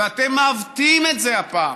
ואתם מעוותים את זה הפעם.